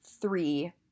three